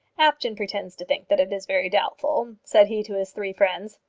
apjohn pretends to think that it is very doubtful, said he to his three friends.